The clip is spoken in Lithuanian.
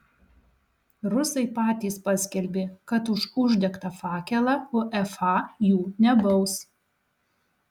rusai patys paskelbė kad už uždegtą fakelą uefa jų nebaus